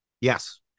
Yes